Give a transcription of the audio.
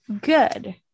good